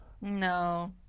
no